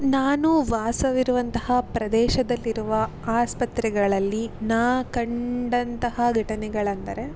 ನಾನು ವಾಸವಿರುವಂತಹ ಪ್ರದೇಶದಲ್ಲಿರುವ ಆಸ್ಪತ್ರೆಗಳಲ್ಲಿ ನಾ ಕಂಡಂತಹ ಘಟನೆಗಳೆಂದರೆ